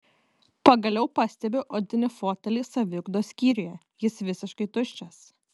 pagaliau pastebiu odinį fotelį saviugdos skyriuje jis visiškai tuščias